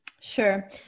Sure